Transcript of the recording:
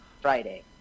Friday